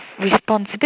responsibility